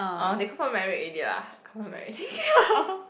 orh they confirm married already lah confirm married already